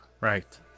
Right